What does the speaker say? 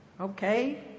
Okay